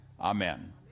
Amen